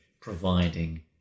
providing